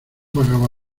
vagaba